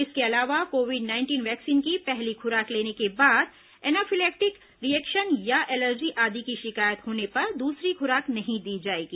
इसके अलावा COVID nineteen vaccine की पहली खुराक लेने के बाद एनाफिलेक्टिक रिएक्शन या एलर्जी आदि की शिकायत होने पर दूसरी खुराक नहीं दी जाएगी